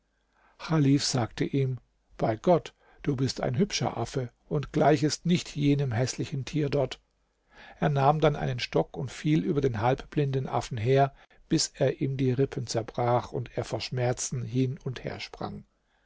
chalif sagte ihm bei gott du bist ein hübscher affe und gleichest nicht jenem häßlichen tier dort er nahm dann einen stock und fiel über den halbblinden affen her bis er ihm die rippen zerbrach und er vor schmerzen hin und her sprang